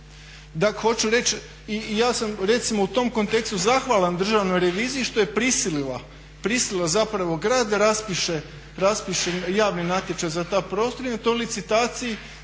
Da, hoću reći, i ja sam recimo u tom kontekstu zahvalan državnoj reviziji što je prisilila zapravo grad da raspišu javni natječaj za taj prostor i toj licitaciji